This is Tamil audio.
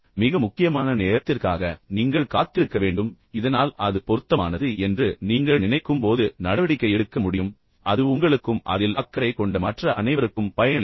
மிக முக்கியமான நேரத்திற்காக நீங்கள் காத்திருக்க வேண்டும் இதனால் அது பொருத்தமானது என்று நீங்கள் நினைக்கும் போது நடவடிக்கை எடுக்க முடியும் அது உங்களுக்கும் அதில் அக்கறை கொண்ட மற்ற அனைவருக்கும் பயனளிக்கும்